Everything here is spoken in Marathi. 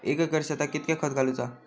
एक एकर शेताक कीतक्या खत घालूचा?